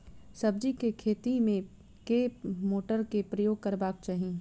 सब्जी केँ खेती मे केँ मोटर केँ प्रयोग करबाक चाहि?